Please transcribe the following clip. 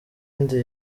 indi